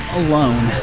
alone